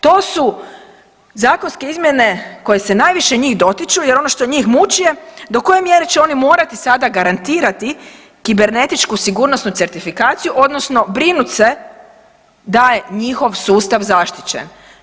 To su zakonske izmjene koje se najviše njih dotiču, jer ono što njih muči je do koje mjere će oni morati sada garantirati kibernetičku sigurnosnu certifikaciju, odnosno brinut se da je njihov sustav zaštićen.